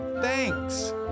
thanks